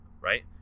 right